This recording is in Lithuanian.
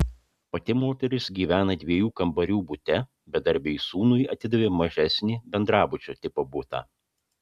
pati moteris gyvena dviejų kambarių bute bedarbiui sūnui atidavė mažesnį bendrabučio tipo butą